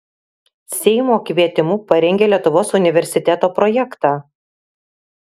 seimo kvietimu parengė lietuvos universiteto projektą